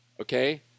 okay